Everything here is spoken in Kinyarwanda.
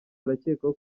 arakekwaho